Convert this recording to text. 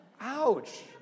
Ouch